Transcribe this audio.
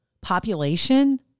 population